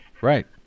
Right